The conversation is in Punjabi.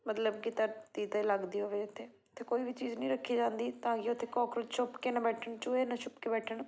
ਮਤਲਬ ਕਿ ਧਰਤੀ 'ਤੇ ਲੱਗਦੀ ਹੋਵੇ ਤੇ ਇੱਥੇ ਕੋਈ ਵੀ ਚੀਜ਼ ਨਹੀਂ ਰੱਖੀ ਜਾਂਦੀ ਤਾਂ ਕਿ ਉੱਥੇ ਕੋਕਰੋਚ ਛੁਪ ਕੇ ਨਾ ਬੈਠਣ ਚੂਹੇ ਨਾ ਛੁਪ ਕੇ ਬੈਠਣ